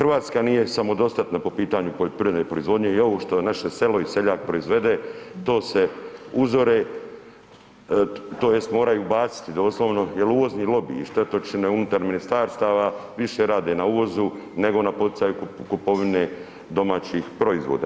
RH nije samodostatna po pitanju poljoprivredne proizvodnje i ovo što naše selo i seljak proizvede to se uzore tj. moraju baciti doslovno jel uvozni lobiji, štetočine unutar ministarstava više rade na uvozu nego na poticaju kupovine domaćih proizvoda.